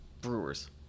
Brewers